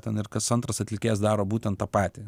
ten ir kas antras atlikėjas daro būtent tą patį